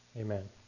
Amen